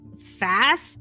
fast